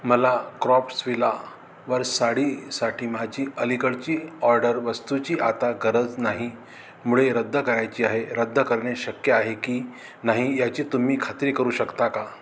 मला क्रॉप्ट्सविलावर साडीसाठी माझी अलीकडची ऑर्डर वस्तूची आता गरज नाही मुळे रद्द करायची आहे रद्द करणे शक्य आहे की नाही याची तुम्ही खात्री करू शकता का